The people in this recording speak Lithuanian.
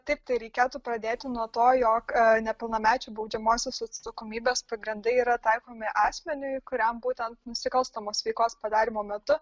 taip tai reikėtų pradėti nuo to jog nepilnamečių baudžiamosios atsakomybės pagrindai yra taikomi asmeniui kuriam būtent nusikalstamos veikos padarymo metu